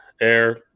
air